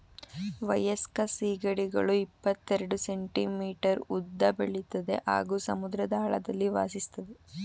ವಯಸ್ಕ ಸೀಗಡಿಗಳು ಇಪ್ಪತೆರೆಡ್ ಸೆಂಟಿಮೀಟರ್ ಉದ್ದ ಬೆಳಿತದೆ ಹಾಗೂ ಸಮುದ್ರದ ಆಳದಲ್ಲಿ ವಾಸಿಸ್ತದೆ